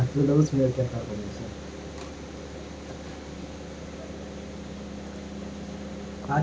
ಸಾಮಾಜಿಕ ಮಾಧ್ಯಮಗಳು ತಂತ್ರವನ್ನ ಯೋಜಿಸೋಕ ಮತ್ತ ಕಾರ್ಯಗತಗೊಳಿಸೋಕ ಕಡ್ಮಿ ಟೈಮ್ ತೊಗೊತಾವ